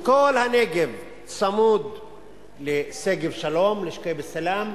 מכל הנגב, צמוד לשגב-שלום, לשגב-א-סאלם,